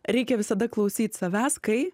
reikia visada klausyt savęs kai